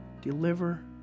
deliver